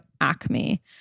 ACME